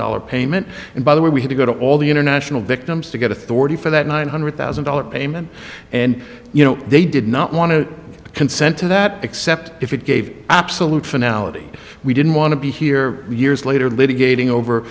dollars payment and by the way we had to go to all the international victims to get authority for that nine hundred thousand dollars payment and you know they did not want to consent to that except if it gave absolute finale we didn't want to be here years later litigating over